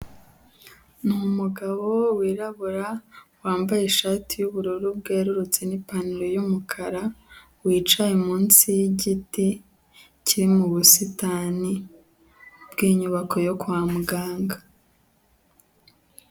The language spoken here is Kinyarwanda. Ni umugabo wirabura, wambaye ishati y'ubururu bwerurutse n'ipantaro y'umukara, wicaye munsi y'igiti kiri mu busitani bw'inyubako yo kwa muganga.